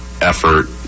effort